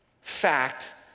fact